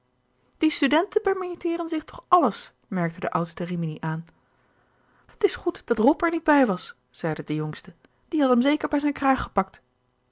die studenten permitteeren zich toch alles merkte de oudste rimini aan t is goed dat rob er niet bij was zeide de jongste die had hem zeker bij zijn kraag gepakt